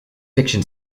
fiction